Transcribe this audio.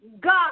God